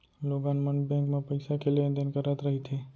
लोगन मन बेंक म पइसा के लेन देन करत रहिथे